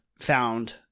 found